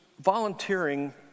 volunteering